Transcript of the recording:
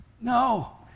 No